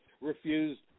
refused